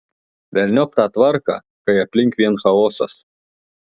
velniop tą tvarką kai aplink vien chaosas